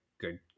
good